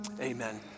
amen